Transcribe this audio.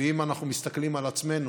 ואם אנחנו מסתכלים על עצמנו,